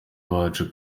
bacu